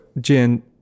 jen